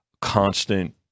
constant